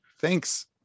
thanks